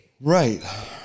Right